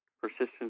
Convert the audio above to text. persistence